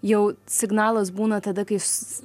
jau signalas būna tada kai s